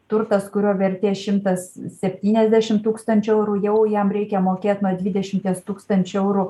turtas kurio vertė šimtas septyniasdešim tūkstančių eurų jau jam reikia mokėt nuo dvidešimties tūkstančių eurų